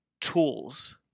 tools